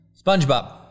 SpongeBob